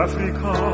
Africa